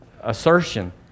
assertion